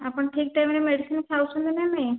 ଆପଣ ଠିକ୍ ଟାଇମରେ ମେଡ଼ିସିନ ଖାଉଛନ୍ତି ନା ନାଇଁ